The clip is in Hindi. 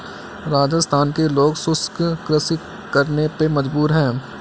राजस्थान के लोग शुष्क कृषि करने पे मजबूर हैं